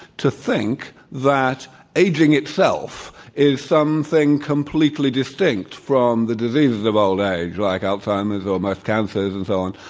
to think that aging itself is something completely distinct from the diseases of old age like alzheimer's or most cancers and so on.